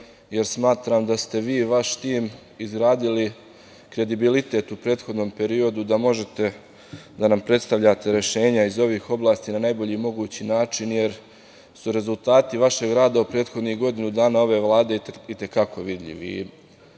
jer smatram da ste vi i vaš tim izgradili kredibilitet u prethodnom periodu da možete da nam predstavljate rešenja iz ovih oblasti na najbolji mogući način, jer su rezultati vašeg rada u prethodnih godinu dana ove Vlade i te kako vidljivi. Slobodno